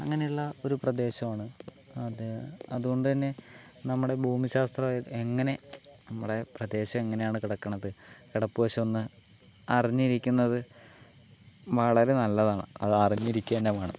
അങ്ങനെയുള്ള ഒരു പ്രദേശമാണ് അത് അതു കൊണ്ട് തന്നെ നമ്മുടെ ഭൂമിശാസ്ത്രം എങ്ങനെ നമ്മുടെ പ്രദേശം എങ്ങനെയാണ് കിടക്കുന്നത് കിടപ്പുവശം ഒന്ന് അറിഞ്ഞിരിക്കുന്നത് വളരെ നല്ലതാണ് അത് അറിഞ്ഞിരിക്കുകതന്നെ വേണം